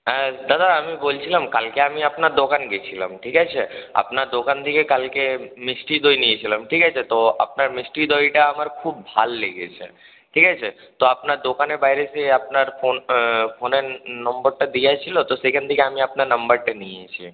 হ্যাঁ দাদা আমি বলছিলাম কালকে আমি আপনার দোকানে গিয়েছিলাম ঠিক আছে আপনার দোকান থেকে কালকে মিষ্টি দই নিয়েছিলাম ঠিক আছে তো আপনার মিষ্টি দইটা আমার খুব ভালো লেগেছে ঠিক আছে তো আপনার দোকানের বাইরে সেই আপনার ফোন ফোনের নম্বরটা দেওয়া ছিল তো সেইখান থেকে আমি আপনার নাম্বারটা নিয়েছি